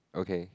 okay